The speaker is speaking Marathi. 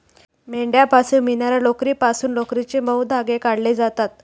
मेंढ्यांपासून मिळणार्या लोकरीपासून लोकरीचे मऊ धागे काढले जातात